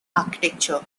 architecture